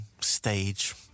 stage